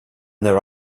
their